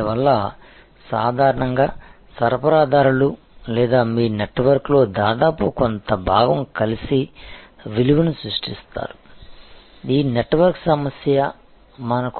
అందువల్ల సాధారణంగా సరఫరాదారులు లేదా మీ నెట్వర్క్లో దాదాపు కొంత భాగం కలిసి విలువను సృష్టిస్తారు ఈ నెట్వర్క్ సమస్య మనం